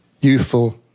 youthful